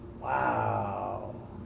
Wow